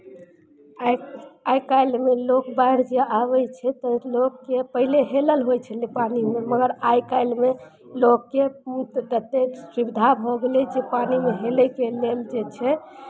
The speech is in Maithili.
आइ आइ काल्हिमे लोक बाढ़ि जे आबै छै तऽ लोकके पहिले हेलल होइ छलै पानिमे मगर आइ काल्हिमे लोककेँ ततेक सुविधा भऽ गेलै जे पानिमे हेलयके लेल जे छै